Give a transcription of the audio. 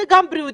זה גם בריאותי,